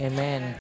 Amen